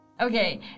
Okay